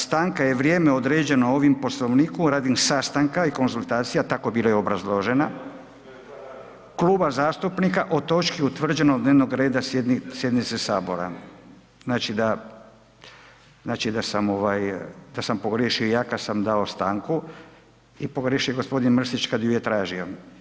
Stanka je vrijeme određeno ovim Poslovnikom radi sastanka i konzultacija, tako je bila i obrazložena, Kluba zastupnika o točki utvrđenog dnevnog reda Sjednice Sabora, znači da, znači da sam, ovaj, da sam pogriješio ja kad sam dao stanku, i pogriješio je gospodin Mrsić kad ju je tražio.